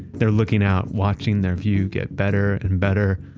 they're looking out, watching their view get better and better,